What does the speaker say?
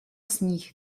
sníh